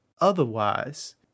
otherwise